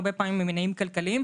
הרבה פעמים ממניעים כלכליים,